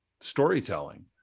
storytelling